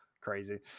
crazy